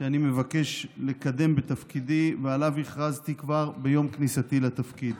שאני מבקש לקדם בתפקידי ועליו הכרזתי כבר ביום כניסתי לתפקיד,